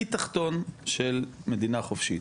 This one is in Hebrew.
הכי תחתון של מדינה חופשית,